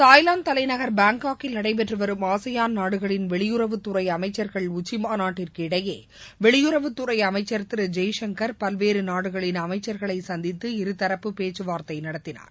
Thailand தலைநகர் பாங்காக்கில் நடைபெற்று வரும் ஆசியான் நாடுகளின் வெளியுறவுத்துறை அமைச்சர்கள் உச்சிமாநாட்டிற்கு இடையே வெளியுறவுத்துறை அமைச்சர் திரு ஜெய்சங்கர் பல்வேறு நாடுகளின் அமைச்சர்களை சந்தித்து இருதரப்பு பேச்சு வார்த்தை நடத்தினார்